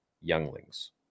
younglings